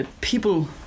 people